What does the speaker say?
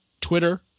Twitter